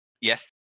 Yes